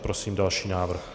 Prosím další návrh.